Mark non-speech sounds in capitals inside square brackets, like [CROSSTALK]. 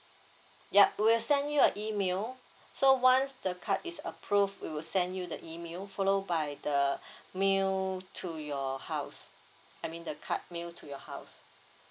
yup we will send you a email so once the card is approved we will send you the email follow by the [BREATH] mail to your house I mean the card mail to your house